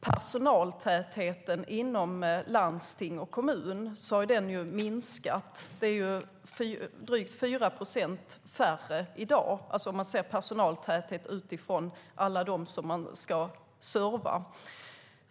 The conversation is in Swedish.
Personaltätheten i landsting och kommuner har minskat. Man är drygt 4 procent färre i dag om man mäter personaltäthet i relation till alla dem man ska serva.